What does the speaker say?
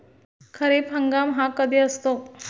खरीप हंगाम हा कधी असतो?